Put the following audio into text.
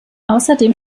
außerdem